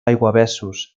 aiguavessos